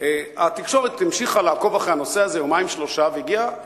התקשורת המשיכה לעקוב אחרי הנושא יומיים-שלושה והגיעה